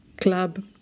club